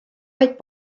vaid